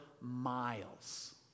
miles